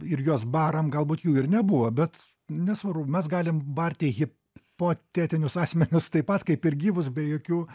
ir juos baram galbūt jų ir nebuvo bet nesvarbu mes galim barti hipotetinius asmenis taip pat kaip ir gyvus be jokių